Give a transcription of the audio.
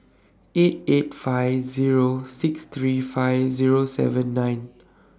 eight eight five Zero six three five Zero seven nine